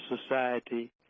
society